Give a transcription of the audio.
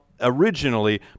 originally